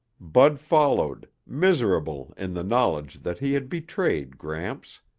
bud followed, miserable in the knowledge that he had betrayed gramps.